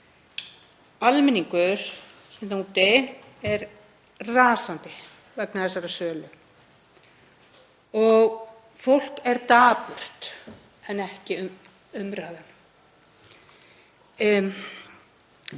Almenningur hérna úti er rasandi vegna þessarar sölu og fólk er dapurt en ekki umræðan.